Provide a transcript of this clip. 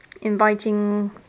Inviting